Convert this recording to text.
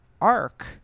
arc